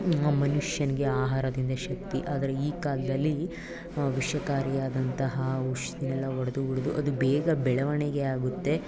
ನಮ್ಮ ಮನುಷ್ಯನ್ಗೆ ಆಹಾರದಿಂದ ಶಕ್ತಿ ಆದರೆ ಈ ಕಾಲದಲ್ಲಿ ವಿಷಕಾರಿಯಾದಂತಹ ಔಷಧಿಯೆಲ್ಲ ಹೊಡ್ದು ಹೊಡ್ದು ಅದು ಬೇಗ ಬೆಳವಣಿಗೆಯಾಗುತ್ತೆ